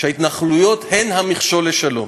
שההתנחלויות הן המכשול לשלום.